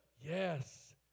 Yes